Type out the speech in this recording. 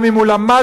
גם אם הוא למד,